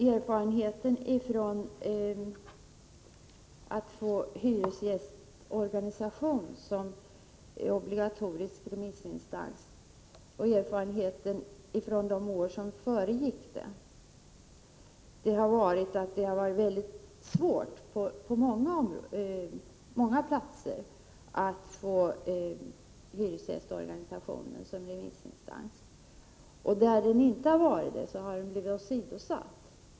Erfarenheten av försöken att få igenom att hyresgästernas organisation skall vara obligatorisk remissinstans och erfarenheten under de år som föregick detta är att det på många platser har varit mycket svårt för hyresgästernas organisation att få vara remissinstans. Där den inte har varit det har den blivit åsidosatt.